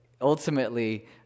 ultimately